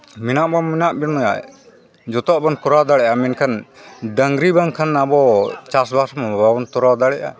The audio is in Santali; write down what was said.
ᱢᱮᱱᱟᱜ ᱫᱚ ᱢᱮᱱᱟᱜ ᱵᱚᱱᱟ ᱡᱚᱛᱚᱣᱟᱜ ᱵᱚᱱ ᱠᱚᱨᱟᱣ ᱫᱟᱲᱮᱭᱟᱜᱼᱟ ᱢᱮᱱᱠᱷᱟᱱ ᱟᱵᱚ ᱰᱟᱹᱝᱨᱤ ᱵᱟᱝᱠᱷᱟᱱ ᱟᱵᱚ ᱪᱟᱥᱵᱟᱥ ᱢᱟ ᱵᱟᱵᱚᱱ ᱛᱚᱨᱟᱣ ᱫᱟᱲᱮᱭᱟᱜᱼᱟ